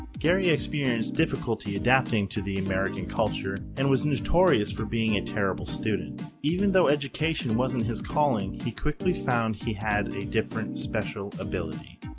gary experienced difficulty adapting to the american culture and was notorious for being a terrible student. even though education wasn't his calling, he quickly found he had a different special ability.